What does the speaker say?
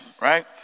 right